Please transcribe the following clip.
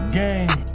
game